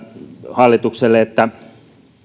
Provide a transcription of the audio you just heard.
hallitukselle että